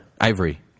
Ivory